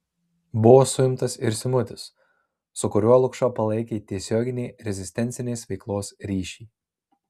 buvo suimtas ir simutis su kuriuo lukša palaikė tiesioginį rezistencinės veiklos ryšį